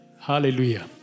Hallelujah